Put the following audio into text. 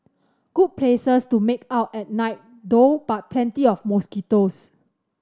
good places to make out at night though but plenty of mosquitoes